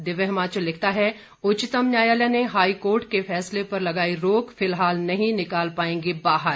दिव्य हिमाचल लिखता है उच्चतम न्यायालय ने हाईकोर्ट के फैसले पर लगाई रोक फिलहाल नहीं निकाल पाएंगे बाहर